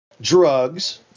drugs